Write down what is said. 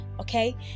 okay